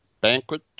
banquet